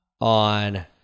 on